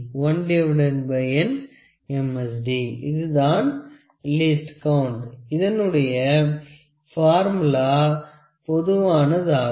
D இதுதான் least count அதனுடைய formula பொதுவானதாகும்